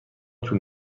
طول